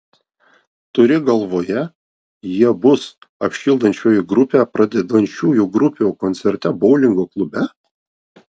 turi galvoje jie bus apšildančioji grupė pradedančiųjų grupių koncerte boulingo klube